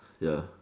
ya